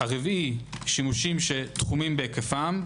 רביעי, שימושים שתחומים בהיקפם.